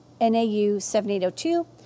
NAU7802